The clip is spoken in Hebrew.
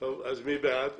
מי בעד?